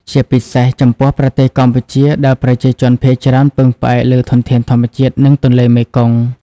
ជាពិសេសចំពោះប្រទេសកម្ពុជា ដែលប្រជាជនភាគច្រើនពឹងផ្អែកលើធនធានធម្មជាតិ និងទន្លេមេគង្គ។